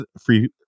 free